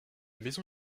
maison